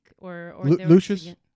Lucius